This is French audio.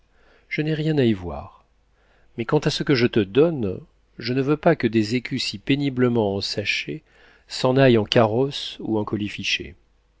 je n'ai rien à y voir mais quant à ce que je te donne je ne veux pas que des écus si péniblement ensachés s'en aillent en carrosses ou en colifichets